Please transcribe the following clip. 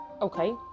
okay